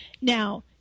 Now